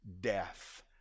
death